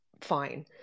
fine